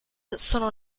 sono